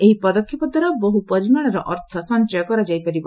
ଏହି ପଦକ୍ଷେପଦ୍ୱାରା ବହୁ ପରିମାଣର ଅର୍ଥ ସଞ୍ଚୟ କରାଯାଇପାରିବ